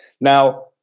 Now